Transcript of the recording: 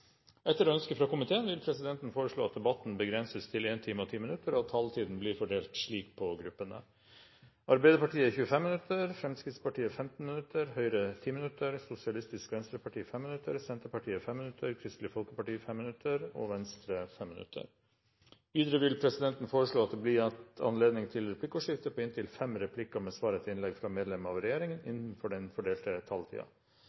Etter ønske fra arbeids- og sosialkomiteen vil presidenten foreslå at debatten blir begrenset til 1 time og 10 minutter, og at taletiden blir fordelt slik på gruppene: Arbeiderpartiet 25 minutter, Fremskrittspartiet 15 minutter, Høyre 10 minutter, Sosialistisk Venstreparti 5 minutter, Senterpartiet 5 minutter, Kristelig Folkeparti 5 minutter og Venstre 5 minutter. Videre vil presidenten foreslå at det blir gitt anledning til replikkordskifte på inntil fem replikker med svar etter innlegg fra medlem av regjeringen